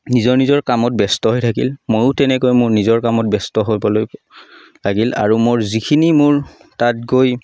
নিজৰ নিজৰ কামত ব্যস্ত হৈ থাকিল মইয়ো তেনেকৈ মোৰ নিজৰ কামত ব্যস্ত হৈ পালোঁ লাগিল আৰু মোৰ যিখিনি মোৰ তাত গৈ